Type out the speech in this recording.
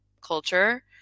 culture